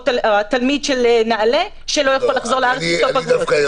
תלמיד של נעלה שלא יכול לחזור לארץ לכתוב בגרות,